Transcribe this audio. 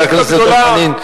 חבר הכנסת דב חנין,